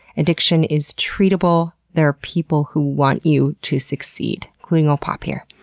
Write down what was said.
addiction is treatable, there are people who want you to succeed. including old pop here.